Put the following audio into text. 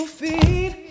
feed